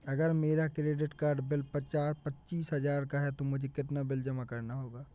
अगर मेरा credit card bill पच्चीस हजार का है तो मुझे कितना बिल जमा करना चाहिए?